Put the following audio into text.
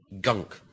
gunk